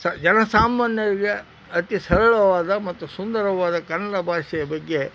ಸ ಜನಸಾಮಾನ್ಯರಿಗೆ ಅತಿ ಸರಳವಾದ ಮತ್ತು ಸುಂದರವಾದ ಕನ್ನಡ ಭಾಷೆಯ ಬಗ್ಗೆ